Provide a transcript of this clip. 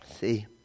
See